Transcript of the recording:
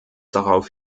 darauf